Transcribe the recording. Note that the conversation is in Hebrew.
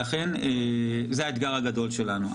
זה האתגר הגדול שלנו.